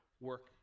work